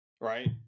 Right